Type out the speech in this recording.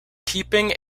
keeping